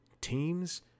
teams